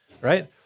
Right